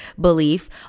belief